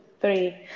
three